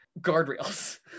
guardrails